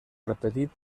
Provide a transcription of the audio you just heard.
repetit